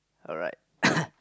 alright